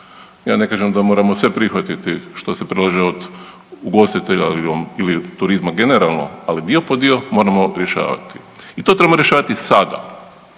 Ja ne kažem da moramo sve prihvatiti što se predlaže od ugostitelja ili turizma generalno, ali dio po dio moramo rješavati. I to trebamo rješavati sada